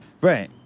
Right